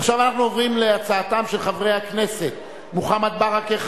עכשיו אנחנו עוברים להצעתם של חברי הכנסת מוחמד ברכה,